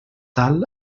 tal